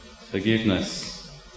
Forgiveness